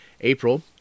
April